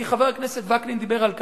כי חבר הכנסת וקנין דיבר על כך,